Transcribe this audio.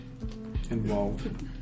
involved